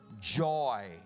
joy